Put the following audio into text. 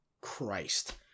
Christ